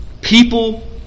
People